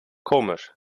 komisch